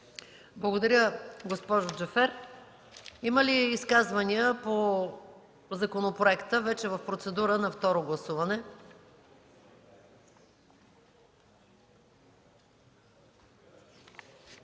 Благодаря, госпожо Джафер. Има ли изказвания по законопроекта, вече в процедура на второ гласуване?